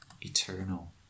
eternal